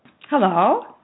Hello